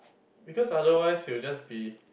because otherwise it will just be